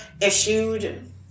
issued